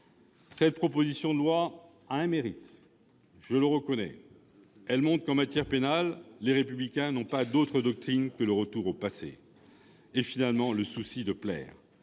Cette proposition de loi a au moins pour mérite de montrer que, en matière pénale, les Républicains n'ont pas d'autre doctrine que le retour au passé et, finalement, le souci de plaire,